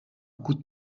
coup